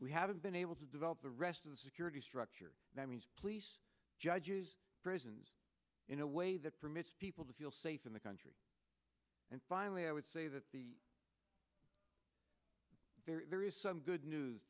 we haven't been able to develop the rest of the security structure that means police judges prisons in a way that permits people to feel safe in the country and finally i would say that there is some good news